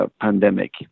pandemic